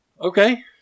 Okay